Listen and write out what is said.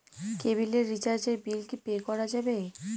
কেবিলের রিচার্জের বিল কি পে করা যাবে?